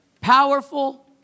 powerful